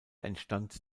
entstand